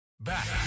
back